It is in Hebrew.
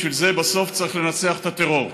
בשביל זה בסוף צריך לנצח את הטרור.